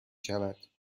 شود